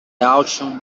auction